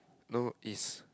no it's